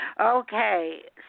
Okay